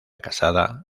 casada